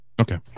Okay